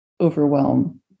overwhelm